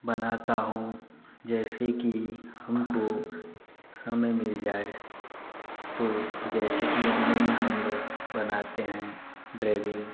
बनाता हूँ जैसे कि हमको समय मिल जाए तो जैसे कि मौर्निंग में हम लोग बनाते हैं ड्रेवींग